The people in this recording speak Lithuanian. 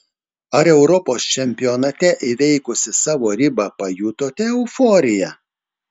ar europos čempionate įveikusi savo ribą pajutote euforiją